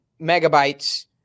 megabytes